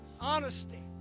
Honesty